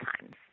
times